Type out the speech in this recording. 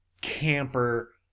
camper